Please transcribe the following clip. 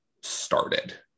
started